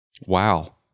Wow